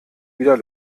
wieder